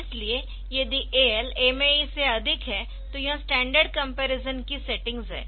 इसलिए यदि AL MAE से अधिक है तो यह स्टैंडर्ड कंपैरिजन की सेटिंग्स है